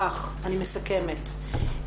אני מסכמת,